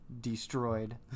destroyed